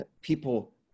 people